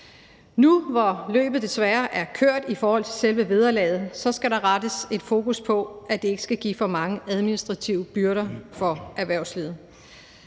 Nu, hvor løbet desværre er kørt i forhold til selve vederlaget, skal der rettes et fokus på, at det ikke skal give for mange administrative byrder for erhvervslivet.